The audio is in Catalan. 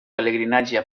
pelegrinatge